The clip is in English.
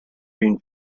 been